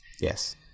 yes